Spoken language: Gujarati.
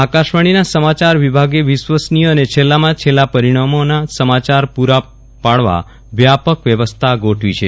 વિરલ રાણા આકાશવાડ઼ીના સમાચાર વિભાગે વિશ્વસનીય અને છેલ્લામાં છેલ્લા પરિજ્ઞામોના સમાચાર પૂરા પાડવા વ્યાપક વ્યવસ્થા ગોઠવી છે